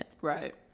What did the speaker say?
Right